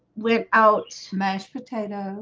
went out smashed potatoes